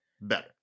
better